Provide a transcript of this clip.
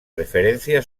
referencia